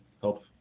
help